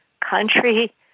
country